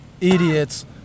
Idiots